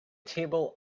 table